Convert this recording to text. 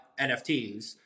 NFTs